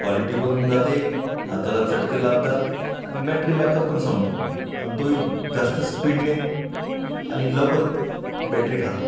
quality पण जाते हाताला चटके लागतात आणि बॅटरी बॅकअप पण संपतो आणि तोही जास्त स्पीडने आणि लवकर बॅटरी खातो